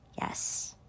Yes